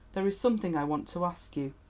there is something i want to ask you.